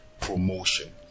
promotion